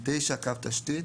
קו תשתית,